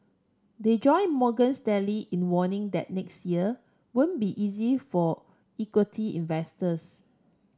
they join Morgan Stanley in warning that next year won't be easy for equity investors